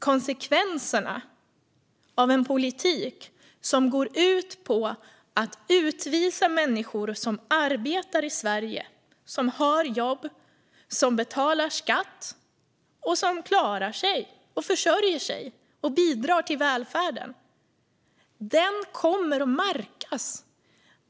Konsekvenserna av en politik som går ut på att utvisa människor som arbetar i Sverige, har jobb, betalar skatt, försörjer sig och bidrar till välfärden kommer att märkas.